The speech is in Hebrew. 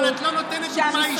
אבל את לא נותנת דוגמה אישית,